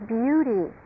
beauty